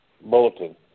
bulletin